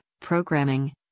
programming